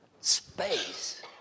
space